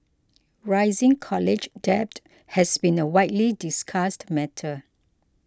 rising college debt has been a widely discussed matter